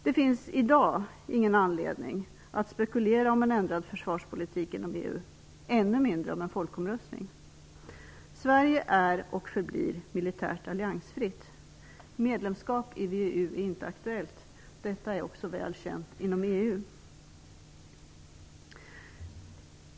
Det finns i dag ingen anledning att spekulera om en ändrad försvarspolitik inom EU, ännu mindre om en folkomröstning. Sverige är och förblir militärt alliansfritt. Medlemskap i VEU är inte aktuellt. Detta är också väl känt inom EU.